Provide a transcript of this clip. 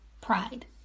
pride